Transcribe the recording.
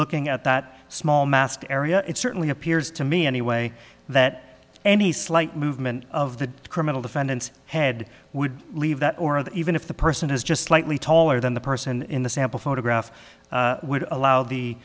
looking at that small masked area it certainly appears to me anyway that any slight movement of the criminal defendants head would leave that or that even if the person is just slightly taller than the person in the sample photograph would allow